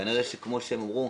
כנראה שכמו שהם אמרו,